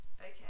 Okay